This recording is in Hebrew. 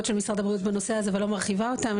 של משרד הבריאות בנושא הזה ולא מרחיבה אותן.